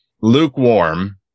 lukewarm